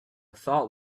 thought